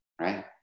right